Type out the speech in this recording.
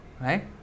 Right